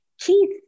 Keith